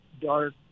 dark